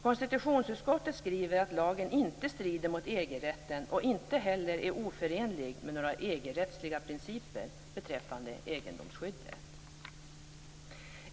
Konstitutionsutskottet skriver att lagen inte strider mot EG-rätten och inte heller är oförenlig med några EG-rättsliga principer beträffande egendomsskyddet.